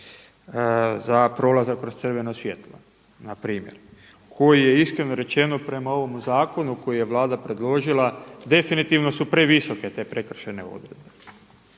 za prolazak kroz crveno svjetlo na primjer koji je iskreno rečeno prema ovomu zakonu koji je Vlada predložila definitivno su previsoke te prekršajne odredbe.